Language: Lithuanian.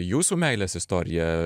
jūsų meilės istorija